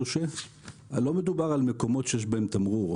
לא מדובר על מקומות שיש בהם תמרור.